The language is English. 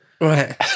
Right